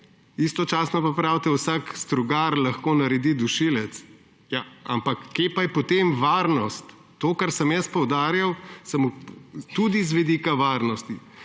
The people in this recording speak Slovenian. istočasno pa pravite, da vsak strugar lahko naredi dušilec. Kje je pa potem varnost? To, kar sem jaz poudarjal, sem tudi z vidika varnosti.